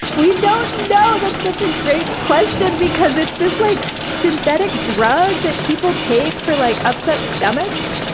we don't know! that's such a great question because it's this like synthetic drug that people take for, like, upset stomachs.